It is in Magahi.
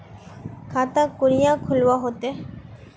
खाता कुनियाँ खोलवा होते?